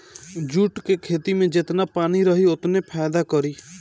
jute के खेती में जेतना पानी रही ओतने फायदा करी